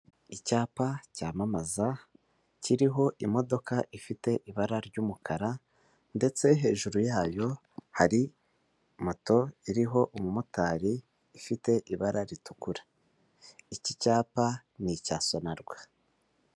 Icyapa cyamamaza kiriho imodoka ifite ibara ry'umukara ndetse hejuru yayo hari moto iriho umumotari ifite ibara ritukura. Iki cyapa ni icya Sonarwa.